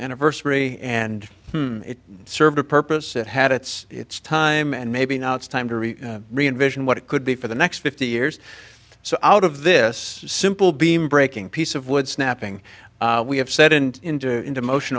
anniversary and it served a purpose it had its its time and maybe now it's time to re invision what it could be for the next fifty years or so out of this simple beam breaking piece of wood snapping we have said and into into motion